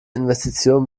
investition